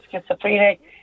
Schizophrenic